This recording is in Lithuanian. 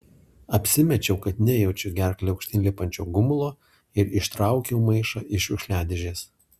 apsimečiau kad nejaučiu gerkle aukštyn lipančio gumulo ir ištraukiau maišą iš šiukšliadėžės